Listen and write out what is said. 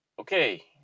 Okay